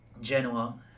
Genoa